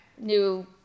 New